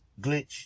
glitch